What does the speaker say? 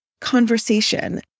conversation